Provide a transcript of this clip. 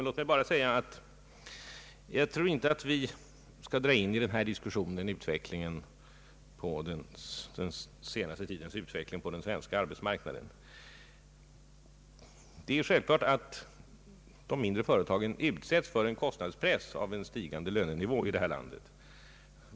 Låt mig bara säga att jag inte anser att vi i denna diskussion bör dra in utvecklingen under den senaste tiden på den svenska arbetsmarknaden. Det är självklart att de mindre företagen utsättes för en kostnadspress genom en stigande lönenivå i det här landet.